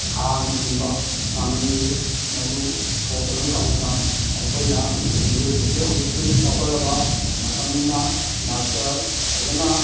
ꯁꯥꯡꯅ ꯍꯤꯡꯕ ꯉꯝꯍꯟꯗꯦ ꯃꯗꯨ ꯊꯣꯛꯇꯅꯕꯩꯗꯃꯛꯇ ꯑꯩꯈꯣꯏꯅ ꯃꯤꯑꯣꯏꯕꯁꯦ ꯍꯧꯖꯤꯛꯇꯤ ꯆꯥꯎꯈꯠꯂꯕ ꯃꯇꯝꯅꯤꯅ ꯗꯥꯛꯇꯔ ꯐꯖꯅ